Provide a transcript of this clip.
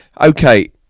okay